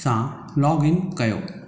सां log in कयो